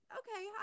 okay